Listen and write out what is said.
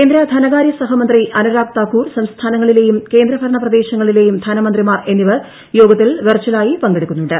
കേന്ദ്ര ധനകാര്യ സഹമന്ത്രി അനുരാഗ് താക്കൂർ സംസ്ഥാനങ്ങളിലെയും കേന്ദ്രഭരണ പ്രദേശങ്ങളിലെയും ധനമന്ത്രിമാർ എന്നീവർ യോഗത്തിൽ വെർച്ചൽ ആയി പങ്കെടുക്കുന്നുണ്ട്